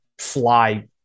fly